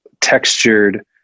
textured